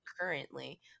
currently